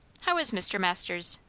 how is mr. masters?